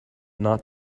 not